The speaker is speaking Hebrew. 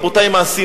רבותי, מעשים.